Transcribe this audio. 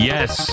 Yes